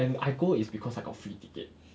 and I go because I got free ticket